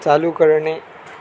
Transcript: चालू करणे